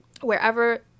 wherever